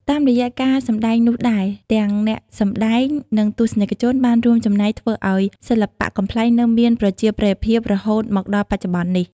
តាមរយៈការសម្ដែងនោះដែរ ទាំងអ្នកសម្ដែង និងទស្សនិកជនបានរួមចំណែកធ្វើឲ្យសិល្បៈកំប្លែងនៅមាន ប្រជាប្រិយភាពរហូតមកដល់បច្ចុប្បន្ននេះ។